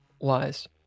lies